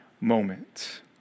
moment